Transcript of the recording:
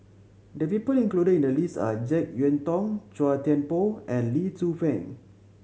the people included in the list are Jek Yeun Thong Chua Thian Poh and Lee Tzu Pheng